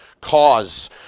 cause